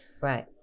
right